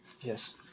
Yes